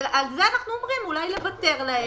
אומרים שאולי יש לוותר להם.